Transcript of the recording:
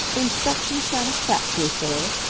inspection satisfactory, sir?